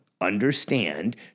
understand